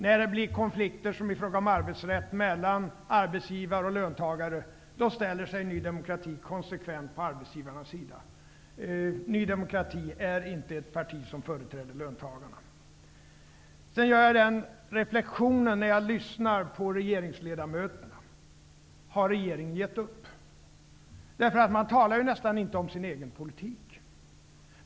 När det blir konflikter, t.ex. i fråga om arbetsrätten, mellan arbetsgivare och löntagare, då ställer sig Ny demokrati konsekvent på arbetsgivarnas sida. Ny demokrati är inte ett parti som företräder löntagarna. När jag lyssnar på regeringsledamöterna gör jag följande reflexion: Har regeringen gett upp? Regeringen talar nästan inte om sin egen politik.